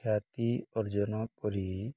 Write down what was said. ଖ୍ୟାତି ଅର୍ଜନ କରି